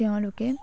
তেওঁলোকে